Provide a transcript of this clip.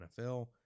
NFL